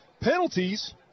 penalties